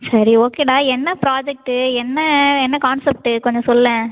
சரி ஓகேடா என்ன ப்ராஜெக்ட்டு என்ன என்ன கான்சப்ட்டு கொஞ்சம் சொல்லேன்